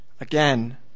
Again